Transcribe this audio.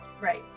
Right